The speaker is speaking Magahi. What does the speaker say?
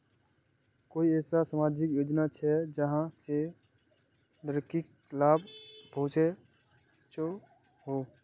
कोई ऐसा सामाजिक योजना छे जाहां से लड़किक लाभ पहुँचो हो?